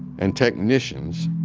and technicians.